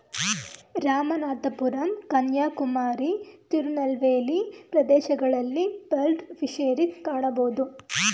ರಾಮನಾಥಪುರಂ ಕನ್ಯಾಕುಮಾರಿ, ತಿರುನಲ್ವೇಲಿ ಪ್ರದೇಶಗಳಲ್ಲಿ pearl fisheries ಕಾಣಬೋದು